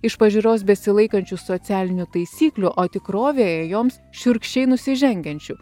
iš pažiūros besilaikančių socialinių taisyklių o tikrovėje joms šiurkščiai nusižengiančių